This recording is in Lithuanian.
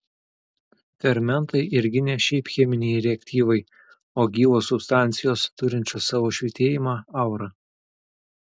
fermentai irgi ne šiaip cheminiai reaktyvai o gyvos substancijos turinčios savo švytėjimą aurą